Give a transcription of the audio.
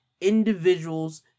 individuals